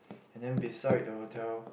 and then beside the hotel